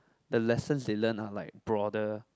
the lessons they learn are like broader